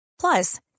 Plus